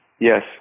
yes